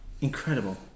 Incredible